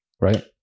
right